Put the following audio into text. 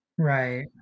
Right